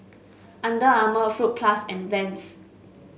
Under Armour Fruit Plus and Vans